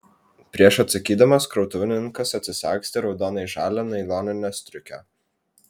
prieš atsakydamas krautuvininkas atsisagstė raudonai žalią nailoninę striukę